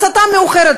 הצתה מאוחרת.